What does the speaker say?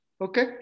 okay